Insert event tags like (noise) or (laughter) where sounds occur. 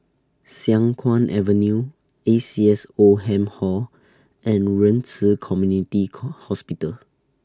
Siang Kuang Avenue A C S Oldham Hall and Ren Ci Community (unintelligible) Hospital